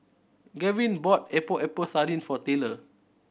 Gaven bought Epok Epok Sardin for Taylor